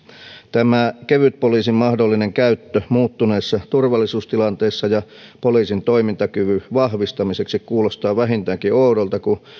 tämä kevytpoliisin mahdollinen käyttö muuttuneessa turvallisuustilanteessa ja poliisin toimintakyvyn vahvistamiseksi kuulostaa vähintäänkin oudolta kun